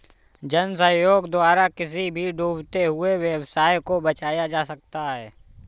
जन सहयोग द्वारा किसी भी डूबते हुए व्यवसाय को बचाया जा सकता है